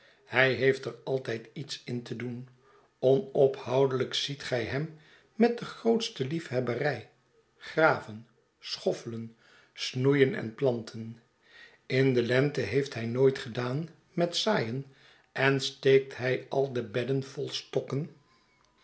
hij heeft er altijd iets in te doen onophoudelijk ziet gij hem met de grootste liefhebberij graven sehoffelen snoeien en planten in de lente heeft hij nooit gedaan met zaaien en steekt hij al de bedden vol stokken